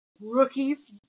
Rookies